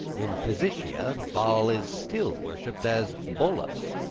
in physicia baal is still worshiped as bolus,